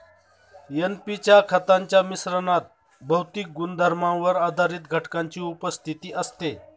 NP च्या खतांच्या मिश्रणात भौतिक गुणधर्मांवर आधारित घटकांची उपस्थिती असते